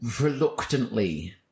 reluctantly